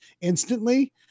instantly